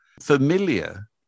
familiar